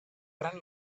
gran